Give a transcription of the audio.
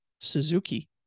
Suzuki